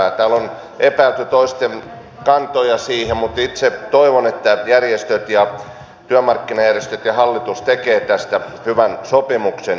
täällä on epäilty toisten kantoja siihen mutta itse toivon että järjestöt ja työmarkkinajärjestöt ja hallitus tekevät tästä hyvän sopimuksen